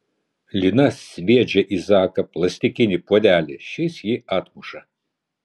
lina sviedžia į zaką plastikinį puodelį šis jį atmuša